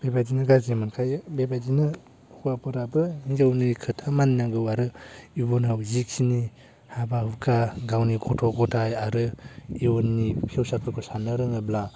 बेबायदिनो गाज्रि मोनखायो बेबायदिनो हौवाफोराबो हिनजावनि खोथा मानिनांगौ आरो इयुनाव जिखिनि हाबा हुखा आरो गावनि गथ' गथाय आरो इयुननि फिउसारफोरखौ साननो रोङोब्ला